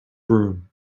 broom